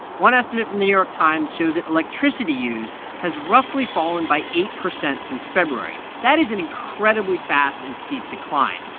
one estimate from the new york times shows that electricity used has roughly fallen by eight percent since february. that is an incredibly fast and steep decline.